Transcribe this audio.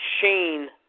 Shane